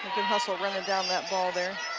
so running down that ball there.